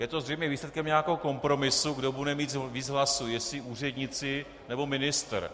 Je to zřejmě výsledkem nějakého kompromisu, kdo bude mít víc hlasů, jestli úředníci, nebo ministr.